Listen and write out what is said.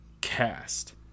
cast